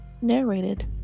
narrated